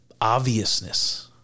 obviousness